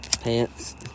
Pants